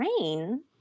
Rain